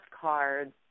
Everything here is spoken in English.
cards